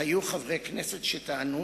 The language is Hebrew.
היו חברי כנסת שטענו